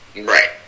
Right